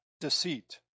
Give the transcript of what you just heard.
deceit